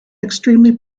extremely